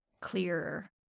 clearer